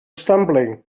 stumbling